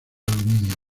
aluminio